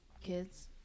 kids